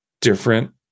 different